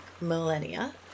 millennia